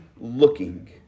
looking